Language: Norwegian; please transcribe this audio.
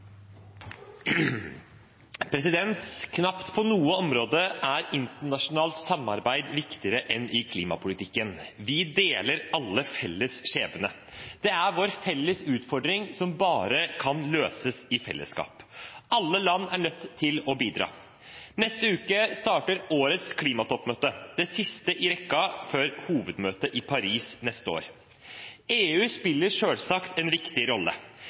Knapt på noe område er internasjonalt samarbeid viktigere enn i klimapolitikken. Vi deler alle felles skjebne. Det er vår felles utfordring, som bare kan løses i fellesskap. Alle land er nødt til å bidra. Neste uke starter årets klimatoppmøte, det siste i rekken før hovedmøtet i Paris neste år. EU spiller selvsagt en viktig rolle.